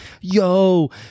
yo